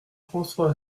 françois